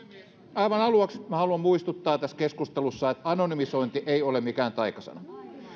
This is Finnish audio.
aivan aluksi haluan muistuttaa tässä keskustelussa että anonymisointi ei ole mikään taikasana